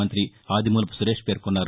మంతి ఆదిమూలపు సురేష్ పేర్కొన్నారు